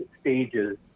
stages